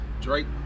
Drake